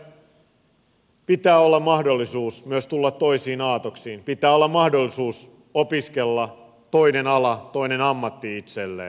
nimittäin pitää olla mahdollisuus myös tulla toisiin aatoksiin pitää olla mahdollisuus opiskella toinen ala toinen ammatti itselleen